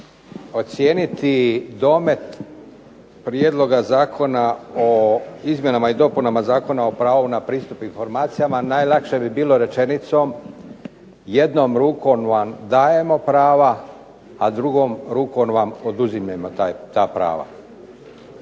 ocijeniti domet Prijedloga zakona o izmjenama i dopunama Zakona o pravu na pristup informacijama najlakše bi bilo rečenicom jednom rukom vam dajemo pravo, a drugom rukom vam oduzimamo ta prava.